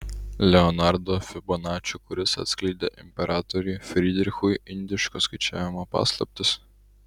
leonardo fibonačio kuris atskleidė imperatoriui frydrichui indiško skaičiavimo paslaptis